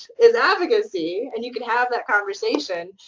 is advocacy, and you can have that conversation,